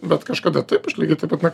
bet kažkada taip aš lygiai taip pat na